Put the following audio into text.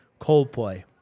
Coldplay